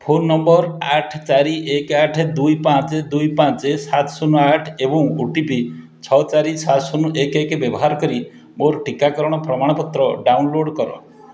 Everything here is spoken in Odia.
ଫୋନ୍ ନମ୍ବର୍ ଆଠ ଚାରି ଏକ ଆଠ ଦୁଇ ପାଞ୍ଚ ଦୁଇ ପାଞ୍ଚ ସାତ ଶୂନ ଆଠ ଏବଂ ଓ ଟି ପି ଛଅ ଚାରି ସାତ ଶୂନ ଏକ ଏକ ବ୍ୟବହାର କରି ମୋର ଟିକାକରଣ ପ୍ରମାଣପତ୍ର ଡାଉନଲୋଡ଼୍ କର